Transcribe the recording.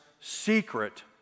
secret